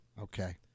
Okay